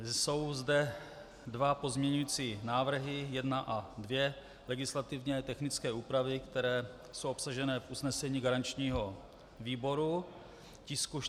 Jsou zde dva pozměňovací návrhy 1 a 2, legislativně technické úpravy, které jsou obsažené v usnesení garančního výboru tisku 461/2.